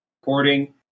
recording